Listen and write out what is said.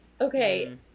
Okay